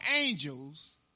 angels